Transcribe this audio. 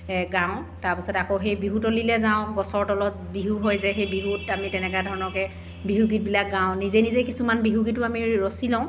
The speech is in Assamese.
গাওঁ তাৰপাছতে আকৌ সেই বিহুতলিলৈ যাওঁ গছৰ তলত বিহু হয় যে সেই বিহুত আমি তেনেকুৱা ধৰণৰকৈ বিহুগীতবিলাক গাওঁ নিজে নিজেই কিছুমান বিহু গীতো আমি ৰচি লওঁ